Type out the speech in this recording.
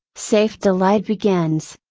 safe delight begins.